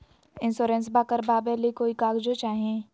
इंसोरेंसबा करबा बे ली कोई कागजों चाही?